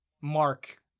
mark